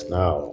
now